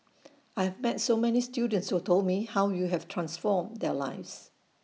I've met so many students who told me how you have transformed their lives